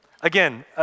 Again